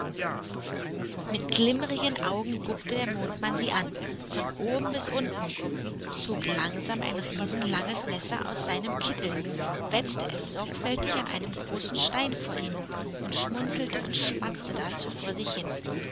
mit glimmrigen augen guckte der mondmann sie an von oben bis unten zog langsam ein riesenlanges messer aus seinem kittel wetzte es sorgfältig an einem großen stein vor ihnen und schmunzelte und schmatzte dazu vor sich hin